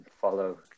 follow